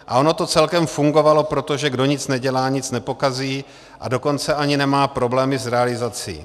A ono to celkem fungovalo, protože kdo nic nedělá, nic nepokazí, a dokonce ani nemá problémy s realizací.